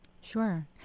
Sure